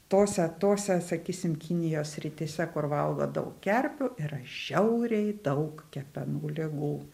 tose tose sakysim kinijos srityse kur valgo daug kerpių yra žiauriai daug kepenų ligų